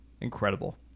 Incredible